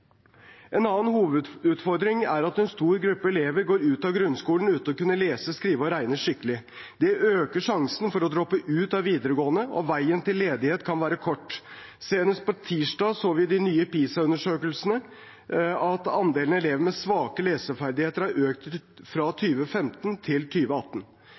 En annen hovedutfordring er at en stor gruppe elever går ut av grunnskolen uten å kunne lese, skrive og regne skikkelig. Det øker risikoen for å droppe ut av videregående, og veien til ledighet kan være kort. Senest på tirsdag så vi at den nyeste PISA-undersøkelsen viser at andelen elever med svake leseferdigheter har økt fra 2015 til